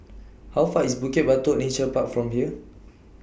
How Far IS Bukit Batok Nature Park from here